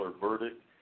verdict